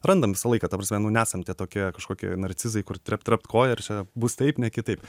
randam visą laiką ta prasme nu nesam tie tokie kažkokie narcizai kur trept trept koja ir čia bus taip ne kitaip